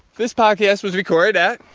this podcast was recorded at.